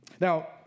Now